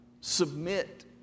submit